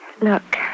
Look